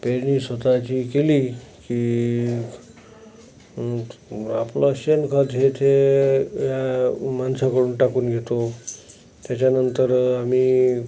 पेरणीसुद्धा जी केली ती आपलं शेण गरजेचे माणसाकडून टाकून घेतो तेच्यानंतर आम्ही